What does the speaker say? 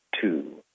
two